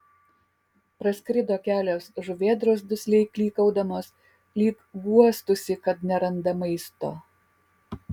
praskrido kelios žuvėdros dusliai klykaudamos lyg guostųsi kad neranda maisto